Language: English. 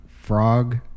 frog